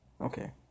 Okay